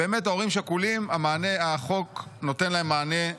באמת, להורים שכולים החוק נותן מענה.